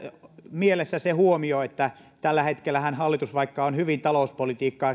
mielessä se huomio että tällä hetkellähän vaikka hallitus on talouspolitiikkaa